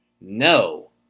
No